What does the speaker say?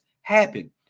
happen